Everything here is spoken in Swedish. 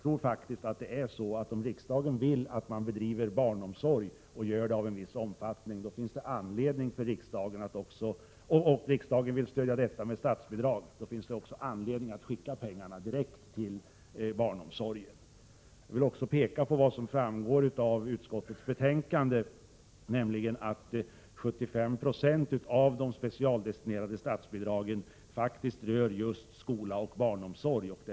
Om riksdagen vill att man skall bedriva barnomsorg och att den skall ha en viss omfattning och om riksdagen vill stödja detta med statsbidrag, finns det också anledning att skicka pengarna direkt till barnomsorgen. Jag vill också peka på något som framgår av utskottets betänkande, nämligen att 75 20 av de specialdestinerade statsbidragen faktiskt rör just skola och barnomsorg.